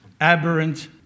aberrant